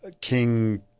King